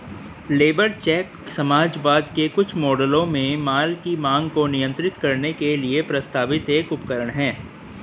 labour cheque समाजवाद के कुछ मॉडलों में माल की मांग को नियंत्रित करने के लिए प्रस्तावित एक उपकरण है